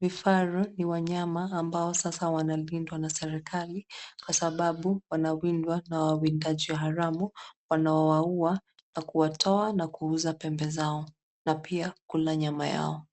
.Vifaru ni wanyama ambao sasa wanalindwa na serikali kwa sababu wanawindwa na wawindaji haramu wanao waua nakuwatoa na kuuza pembe zao na pia kula nyama yao.